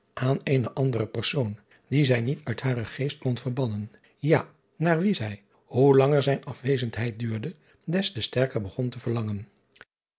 aan eenen anderen persoon dien zij niet uit haren geest kon verbannen ja naar wien zij hoe langer zijn afwezendheid duurde des te sterker begon te verlangen